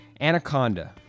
Anaconda